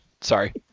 Sorry